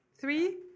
three